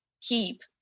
keep